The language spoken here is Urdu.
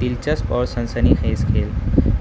دلچسپ اور سنسنی خیز کھیل